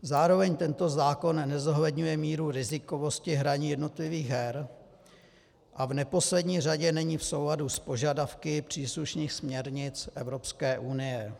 Zároveň tento zákon nezohledňuje míru rizikovosti hraní jednotlivých her a v neposlední řadě není v souladu s požadavky příslušných směrnic Evropské unie.